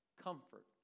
comfort